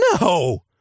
No